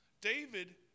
David